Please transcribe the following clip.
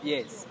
Yes